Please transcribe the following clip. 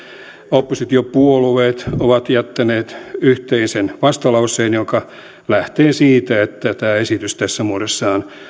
oppositiopuolueet ovat jättäneet yhteisen vastalauseen joka lähtee siitä että tämä esitys tässä muodossaan